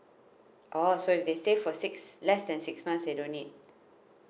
oh so if they stay for six less than six months they don't need